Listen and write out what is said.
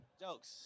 Jokes